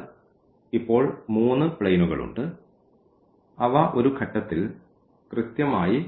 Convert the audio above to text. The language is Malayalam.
അതിനാൽ ഇപ്പോൾ മൂന്ന് പ്ലെയിനുകൾ ഉണ്ട് അവ ഒരു ഘട്ടത്തിൽ കൃത്യമായി